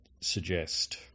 suggest